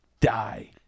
die